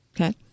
Okay